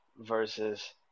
versus